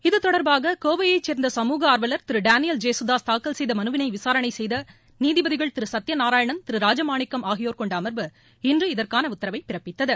இதுதொடர்பாக கோவையைச் சேர்ந்த சமூக ஆர்வலர் திரு டேனியல ஜேசுதாஸ் தாக்கல் செய்த மனுவினை விசாரணை செய்த நீதிபதிகள் திரு சத்தியநாராயணன் திரு ராஜமாணிக்கம் ஆகியோர் கொண்ட அமர்வு இன்று இதற்கான உத்தரவினை பிறப்பித்தது